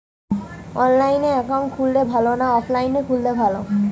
অনলাইনে একাউন্ট খুললে ভালো না অফলাইনে খুললে ভালো?